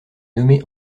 nommé